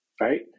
right